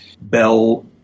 Bell